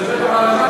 הוא מדבר גם על המים.